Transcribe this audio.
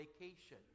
vacation